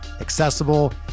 accessible